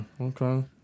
Okay